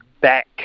back